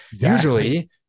usually